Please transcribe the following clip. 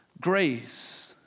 grace